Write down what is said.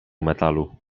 metalu